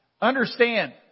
understand